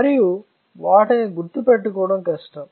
మరియు వాటిని గుర్తు పెట్టుకోవడం కష్టం